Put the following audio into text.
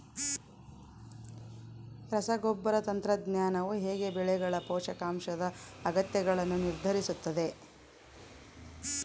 ರಸಗೊಬ್ಬರ ತಂತ್ರಜ್ಞಾನವು ಹೇಗೆ ಬೆಳೆಗಳ ಪೋಷಕಾಂಶದ ಅಗತ್ಯಗಳನ್ನು ನಿರ್ಧರಿಸುತ್ತದೆ?